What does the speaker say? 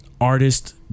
Artist